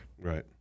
Right